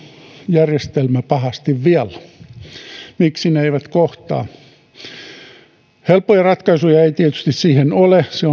järjestelmä pahasti vialla miksi ne eivät kohtaa helppoja ratkaisuja ei tietysti siihen ole se